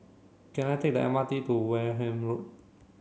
can I take the M R T to Wareham Road